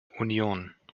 union